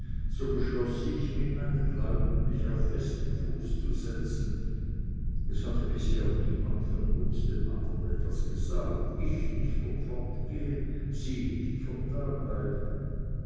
so beschloß ich mit meinen leuten mich auf festen fuß zu setzen es hatte bisher niemand von uns dem andern etwas gesagt ich nicht vom fortgehen sie nicht vom dableiben